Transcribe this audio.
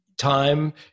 time